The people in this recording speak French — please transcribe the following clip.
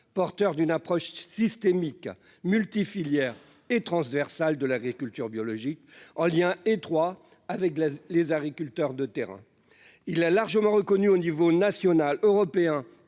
porteur d'une approche systémique multi-filières et transversale de l'agriculture biologique en lien étroit avec les agriculteurs de terrain, il a largement reconnu au niveau national, européen